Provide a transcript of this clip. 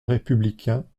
républicain